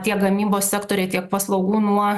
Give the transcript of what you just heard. tiek gamybos sektoriai tiek paslaugų nuo